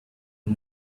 and